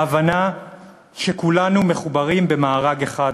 ההבנה שכולנו מחוברים במארג אחד,